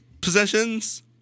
possessions